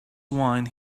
wine